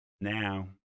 now